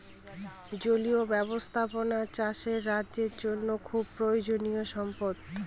জলীয় ব্যাবস্থাপনা চাষ রাজ্যের জন্য খুব প্রয়োজনীয়ো সম্পদ